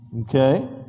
okay